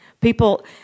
people